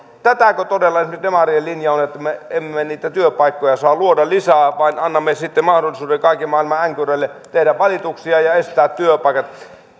tätäkö todella esimerkiksi demarien linja on että me emme niitä työpaikkoja saa luoda lisää vaan annamme sitten mahdollisuuden kaiken maailman änkyröille tehdä valituksia ja estää työpaikat